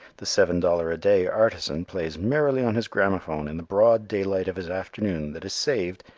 the seven-dollar-a-day artisan plays merrily on his gramophone in the broad daylight of his afternoon that is saved,